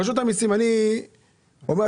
רשות המסים, אתם רוצים